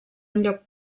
enlloc